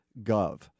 gov